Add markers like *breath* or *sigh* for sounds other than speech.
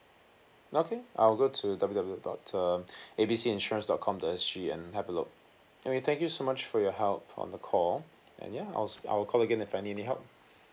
okay I'll go to W_W_W dot um *breath* A B C insurance dot com dot S_G and have a look okay thank you so much for your help on the call and yeah I'll I'll call again if I need any help